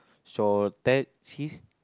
shore taxis